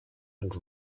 and